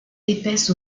épaisse